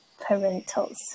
parentals